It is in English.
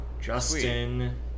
Justin